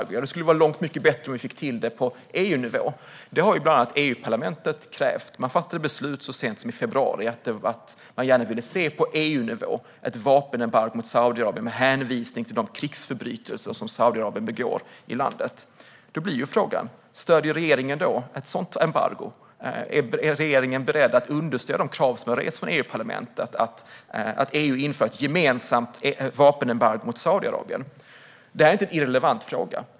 Det skulle vara långt mycket bättre om vi fick till det på EU-nivå, och detta har bland andra Europaparlamentet krävt. Så sent som i februari fattade man beslut om att man gärna vill se ett vapenembargo på EU-nivå mot Saudiarabien med hänvisning till de krigsförbrytelser som landet begår. Frågan blir då om regeringen stöder ett sådant embargo. Är regeringen beredd att understödja de krav som har rests av Europaparlamentet på att EU ska införa ett gemensamt vapenembargo mot Saudiarabien? Detta är inte någon irrelevant fråga.